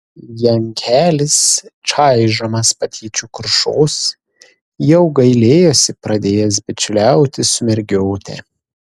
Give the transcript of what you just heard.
jankelis čaižomas patyčių krušos jau gailėjosi pradėjęs bičiuliautis su mergiote